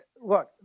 Look